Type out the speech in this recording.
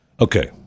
Okay